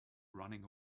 running